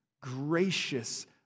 gracious